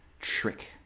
trick